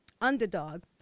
underdog